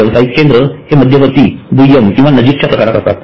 व्यावसायिक केंद्र हे मध्यवर्ती दुय्यम किंवा नजीकच्या प्रकारात असतात